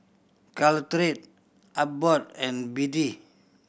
Caltrate Abbott and B D